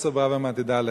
פרופסור ברוורמן, תדע לך,